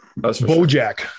Bojack